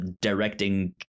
directing